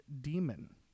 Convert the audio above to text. demon